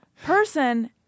person